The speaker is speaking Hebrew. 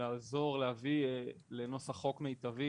לעזור להביא לנוסח חוק מיטבי